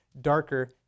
darker